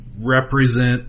represent